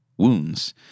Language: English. wounds